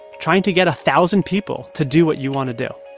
trying to get a thousand people to do what you want to do